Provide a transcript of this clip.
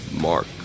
mark